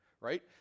right